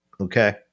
okay